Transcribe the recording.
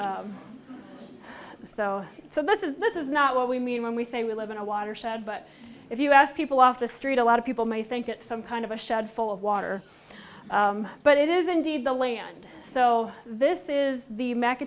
here so so this is this is not what we mean when we say we live in a watershed but if you ask people off the street a lot of people may think it's some kind of a shed full of water but it is indeed the land so this is the m